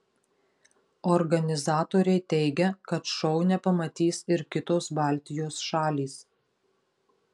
organizatoriai teigia kad šou nepamatys ir kitos baltijos šalys